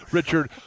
richard